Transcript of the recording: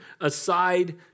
aside